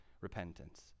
repentance